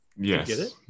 yes